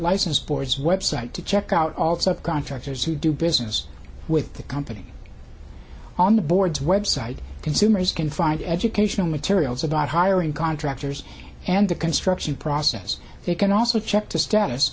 license boards website to check out also contractors who do business with the company on the boards website consumers can find educational materials about hiring contractors and the construction process they can also check to status